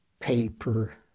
paper